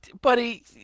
Buddy